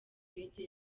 indege